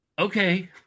okay